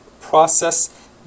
process